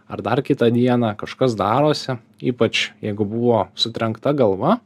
ar dar kitą dieną kažkas darosi ypač jeigu buvo sutrenkta galva